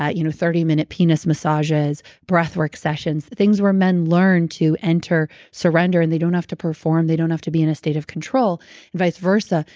ah you know thirty minutes penises massages, breath work sessions things where men learn to enter surrender and they don't have to perform, they don't have to be in a state of control and vice versa.